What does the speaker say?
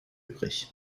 übrig